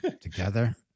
together